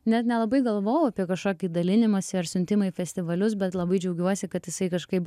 net nelabai galvojau apie kažkokį dalinimąsi ar siuntimą į festivalius bet labai džiaugiuosi kad jisai kažkaip